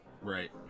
right